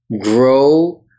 grow